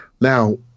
Now